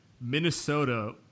Minnesota